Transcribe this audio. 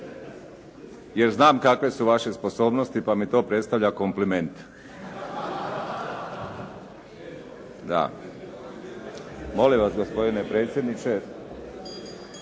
jer znam kakve su vaše sposobnosti pa mi to predstavlja kompliment. Da. … /Svi govore u glas, smijeh./